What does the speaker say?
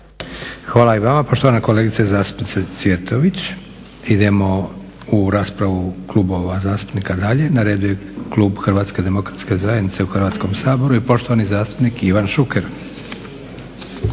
Hvala i vama poštovana kolegice zastupnice Cvjetović. Idemo u raspravu klubova zastupnika dalje. Na redu je klub Hrvatske demokratske zajednice u Hrvatskom saboru i poštovani zastupnik Ivan Šuker.